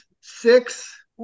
six